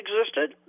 existed